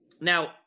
Now